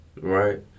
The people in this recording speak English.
right